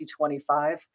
2025